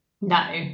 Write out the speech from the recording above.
No